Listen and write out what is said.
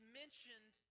mentioned